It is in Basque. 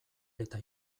eta